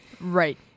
right